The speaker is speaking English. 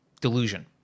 delusion